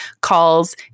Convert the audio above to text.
calls